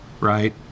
right